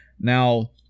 Now